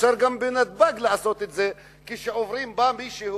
אפשר גם בנתב"ג לעשות את זה כשבא מישהו